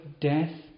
death